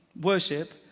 worship